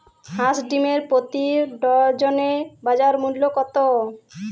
হাঁস ডিমের প্রতি ডজনে বাজার মূল্য কত?